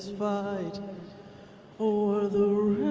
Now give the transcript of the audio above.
fight o'er